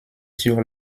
sur